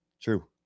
True